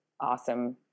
awesome